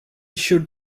should